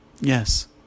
yes